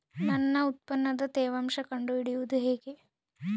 ನನ್ನ ಉತ್ಪನ್ನದ ತೇವಾಂಶ ಕಂಡು ಹಿಡಿಯುವುದು ಹೇಗೆ?